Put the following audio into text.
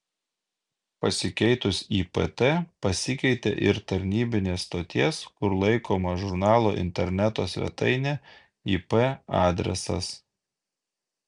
pasikeitus ipt pasikeitė ir tarnybinės stoties kur laikoma žurnalo interneto svetainė ip adresas